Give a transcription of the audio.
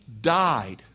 died